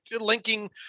linking